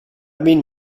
mean